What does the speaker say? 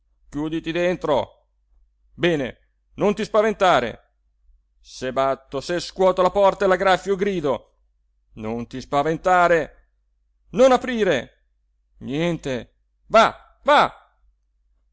chiuditi dentro bene non ti spaventare se batto se scuoto la porta e la graffio e grido non ti spaventare non aprire niente va va